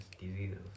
diseases